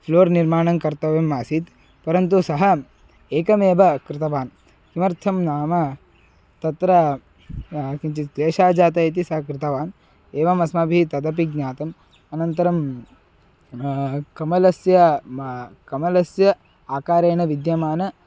floor निर्माणं कर्तव्यम् आसीत् परन्तु सः एकमेव कृतवान् किमर्थं नाम तत्र किञ्चित् क्लेशः जातः इति सः कृतवान् एवम् अस्माभिः तदपि ज्ञातम् अनन्तरं कमलस्य वा कमलस्य आकारेण विद्यमानम्